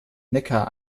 neckar